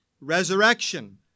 resurrection